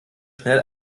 schnell